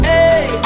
Hey